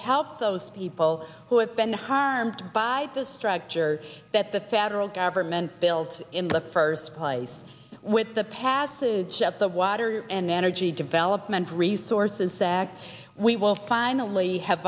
help those people who have been harmed by the structure that the federal government built in the first place with the passage of the water and energy development resources sector we will finally have